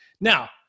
Now